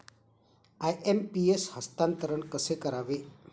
IMPS हस्तांतरण कसे करावे?